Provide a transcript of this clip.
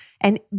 And-